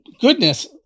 goodness